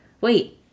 wait